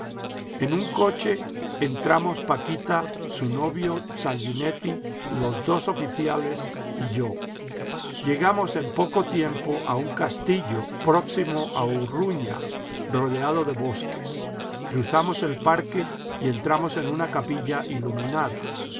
en un coche entramos paquita su novio sanguinetti los dos oficiales y yo llegamos en poco tiempo a un castillo próximo a urruña rodeado de bosques cruzamos el parque y entramos en una capilla iluminada